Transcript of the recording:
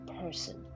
person